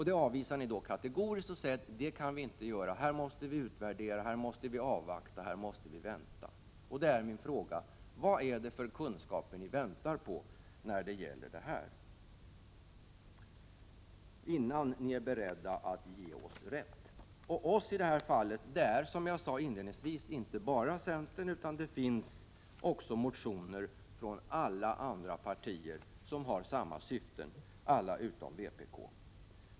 Dt avvisar ni kategoriskt och säger att vi måste utvärdera och avvakta. Jag undrar då: Vad är det för kunskaper som ni väntar på att få innan ni är beredda att säga att vi har rätt? Med ”vi” menar jag i det här fallet, som jag sade inledningsvis, inte bara centern, utan det finns motioner i frågan från alla andra partier än vpk.